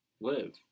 live